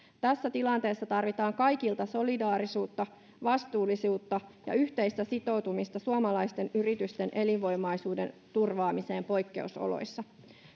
tässä tilanteessa tarvitaan kaikilta solidaarisuutta vastuullisuutta ja yhteistä sitoutumista suomalaisten yritysten elinvoimaisuuden turvaamiseen poikkeusoloissa